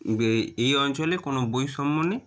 এই অঞ্চলে কোনো বৈষম্য নিয়ে